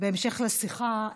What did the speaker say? בהמשך לשיחה,